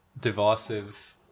divisive